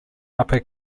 upper